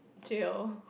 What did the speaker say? jail